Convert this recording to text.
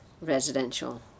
residential